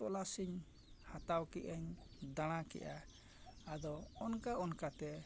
ᱛᱚᱞᱟᱥ ᱤᱧ ᱦᱟᱛᱟᱣ ᱠᱮᱜ ᱟᱹᱧ ᱫᱟᱬᱟ ᱠᱮᱜᱼᱟ ᱟᱫᱚ ᱚᱱᱠᱟ ᱚᱱᱠᱟᱛᱮ